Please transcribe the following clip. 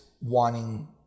wanting